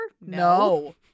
No